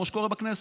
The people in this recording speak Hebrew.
כמו שקורה בכנסת,